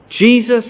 Jesus